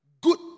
good